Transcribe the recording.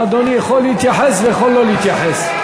אדוני יכול להתייחס ויכול לא להתייחס.